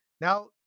Now